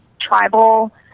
tribal